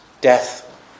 death